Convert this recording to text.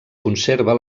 conserva